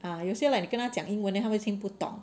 ah 有些 like 你跟他讲英文 then 他会听不懂